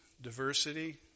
diversity